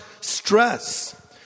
stress